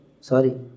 Sorry